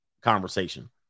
conversation